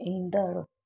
ईंदड़ु